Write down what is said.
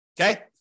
Okay